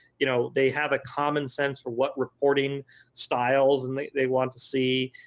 you know they have a common sense for what reporting styles and they they want to see,